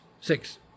six